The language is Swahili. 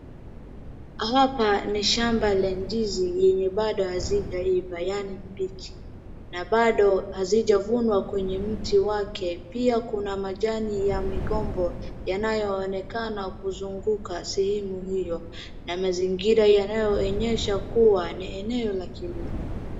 Hapa ni shamba la ndizi yenye bado hazijaiva yaani mbichi. Na bado hazijavunwa kwenye miti wake. Pia kuna majani ya migombo yanayoonekana kuzunguka sehemu hiyo na mazingira yanayoonyesha kuwa ni eneo la kilimo.